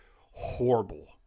horrible